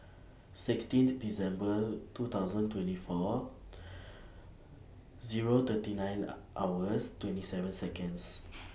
sixteenth December two thousand twenty four Zero thirty nine hours twenty seven Seconds